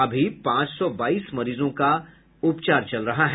अभी पांच सौ बाईस मरीजों का उपचार चल रहा है